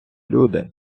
люди